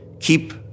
keep